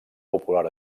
popular